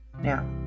Now